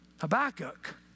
Habakkuk